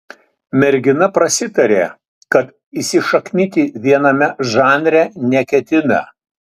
mergina prasitarė kad įsišaknyti viename žanre neketina